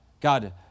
God